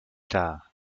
tard